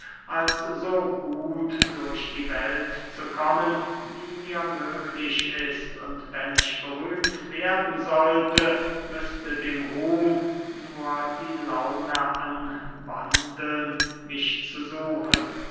als so gut durch die welt zu kommen wie mir möglich ist und wenn ich berühmt werden sollte müßte dem ruhm nur die laune anwandeln mich zu suchen